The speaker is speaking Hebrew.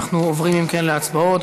אנחנו עוברים, אם כן, להצבעות.